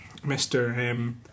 Mr